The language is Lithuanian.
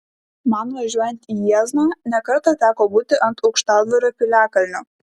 man važiuojant į jiezną ne kartą teko būti ant aukštadvario piliakalnio